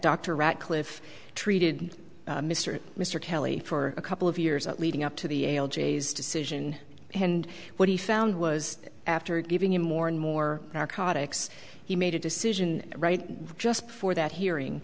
dr radcliff treated mr mr kelly for a couple of years at leading up to the ale j's decision and what he found was after giving him more and more narcotics he made a decision right just before that hearing